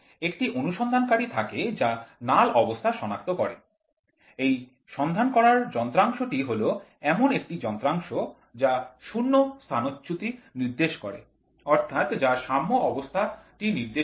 একটি অনুসন্ধানকারী থাকে যা নাল অবস্থা সনাক্ত করে এই সন্ধান করার যন্ত্রাংশ টি হল এমন একটি যন্ত্রাংশ যা ০ স্থানচ্যুতি নির্দেশ করে অর্থাৎ যা সাম্য অবস্থাটি নির্দেশ করে